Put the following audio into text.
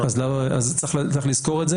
את זה צריך לזכור.